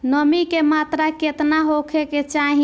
नमी के मात्रा केतना होखे के चाही?